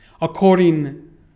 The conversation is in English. according